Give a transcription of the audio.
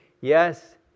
Yes